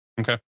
Okay